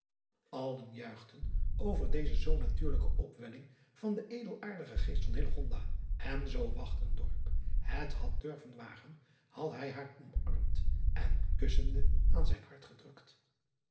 illegonda uisman over deze zoo natuurlijke opwelling van den edelaardigen geest van n zoo het had durven wagen had hij haar omarmd en kussende aan zijn hart gedrukt